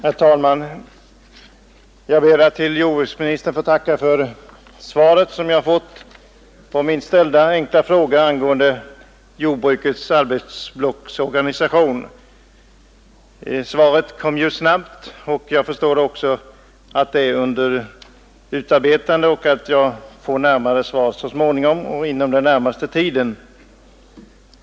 Herr talman! Jag ber att få tacka jordbruksministern för svaret som jag fått på min enkla fråga angående jordbrukets arbetsblocksorganisationer. Svaret kom ju snabbt. Jag förstår också att ett förslag är under utarbetande och att jag får närmare svar inom den närmaste tiden.